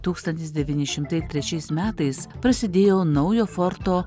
tūkstantis devyni šimtai trečiais metais prasidėjo naujo forto